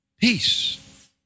Peace